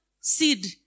seed